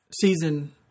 season